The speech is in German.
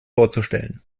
vorzustellen